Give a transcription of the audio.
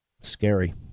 scary